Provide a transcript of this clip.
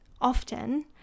often